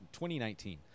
2019